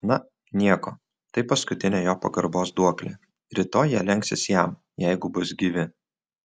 na nieko tai paskutinė jo pagarbos duoklė rytoj jie lenksis jam jeigu bus gyvi